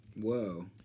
Whoa